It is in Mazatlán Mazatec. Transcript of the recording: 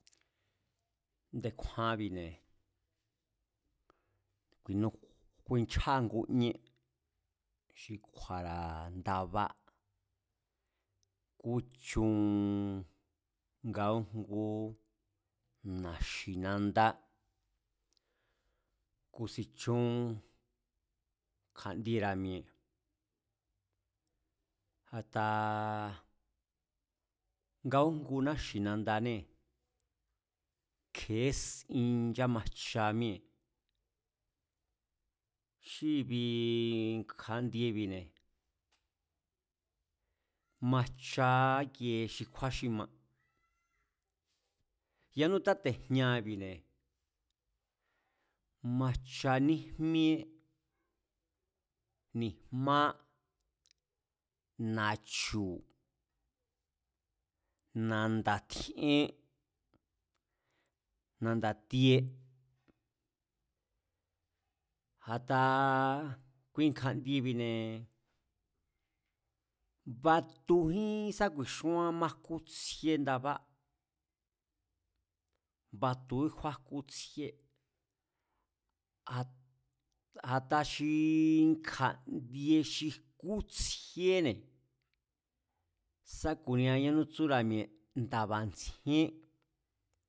Nde̱kjúánbi̱ne̱, kuinchjáa ngu íén xi kju̱a̱ra̱ ndabá, kúchun nga újngú na̱xi̱nandá, kúsin chún kja̱ndiera̱ mi̱e̱ a̱taa nga újngu náxi̱nandané, kje̱ésin nchámajcha míée̱ xi i̱bi̱ kja̱ndiebi̱ne̱ majcha íkie xi kjúán xi ma, yanú táte̱jñaabi̱ne̱, majcha níjmíe ni̱jmá, na̱chu̱, na̱nda̱ tjíén nanda̱ tie a̱ta kui kja̱ndiebi̱ne̱ batujín sá ku̱i̱xúán májkú tsjíéndád, batuí jkú tsjíé, a̱ta xi kja̱ndie xi jkú tsjíéne̱ sáku̱nia yanú tsúra̱ mi̱e̱ nda̱ba̱ ntsjíén